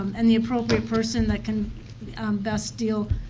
um and the appropriate person that can best deal,